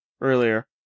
Earlier